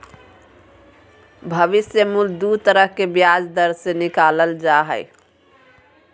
भविष्य मूल्य दू तरह के ब्याज दर से निकालल जा हय